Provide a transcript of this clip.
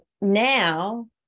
now